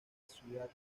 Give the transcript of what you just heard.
ciudad